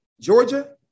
Georgia